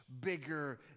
bigger